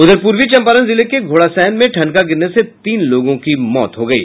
उधर पूर्वी चंपारण जिले के घोड़ासहन में ठनका गिरने से तीन लोगों की मौत हो गयी